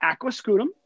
Aquascutum